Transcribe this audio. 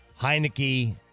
Heineke